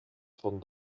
van